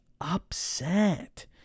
upset